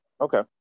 Okay